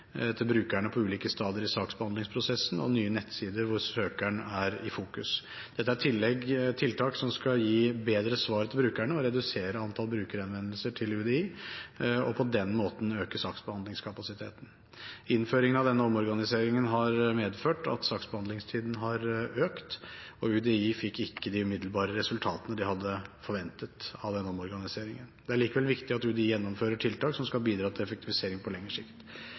til brukerne på ulike stadier i saksbehandlingsprosessen, og nye nettsider hvor søkeren er i fokus. Dette er tiltak som skal gi bedre svar til brukerne og redusere antall brukerhenvendelser til UDI og på den måten øke saksbehandlingskapasiteten. Innføringen av denne omorganiseringen har medført at saksbehandlingstiden har økt, og UDI fikk ikke de umiddelbare resultatene de hadde forventet av denne omorganiseringen. Det er likevel viktig at UDI gjennomfører tiltak som skal bidra til effektivisering på lengre sikt.